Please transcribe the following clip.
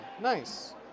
Nice